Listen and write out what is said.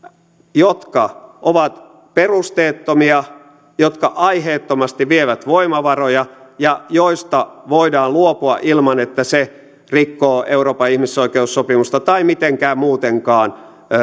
jotka ovat perusteettomia jotka aiheettomasti vievät voimavaroja ja joista voidaan luopua ilman että se rikkoo euroopan ihmisoikeussopimusta tai mitenkään muutenkaan